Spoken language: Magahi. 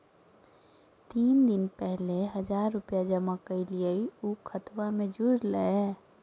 तीन दिन पहले हजार रूपा जमा कैलिये, ऊ खतबा में जुरले?